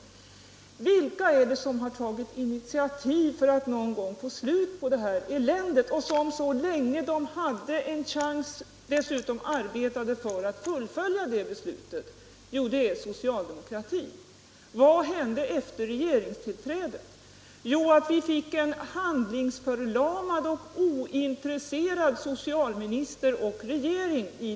Vilka är det som har tagit initiativ för att någon gång få slut på detta elände och som dessutom, så länge de hade chansen, arbetade för att fullfölja det beslut som fattats? Jo, det är socialdemokraterna. Vad hände efter det borgerliga regeringstillträdet? Jo, vi fick en i dessa frågor handlingsförlamad och ointresserad socialminister och regering.